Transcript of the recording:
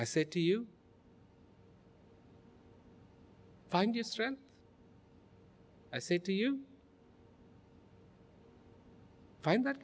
i say to you find your strength i say to you find that